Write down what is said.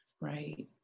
Right